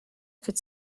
could